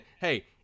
Hey